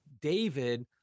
David